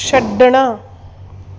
ਛੱਡਣਾ